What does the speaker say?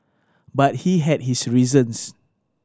but he had his reasons